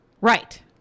Right